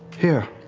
here,